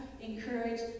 encourage